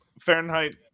Fahrenheit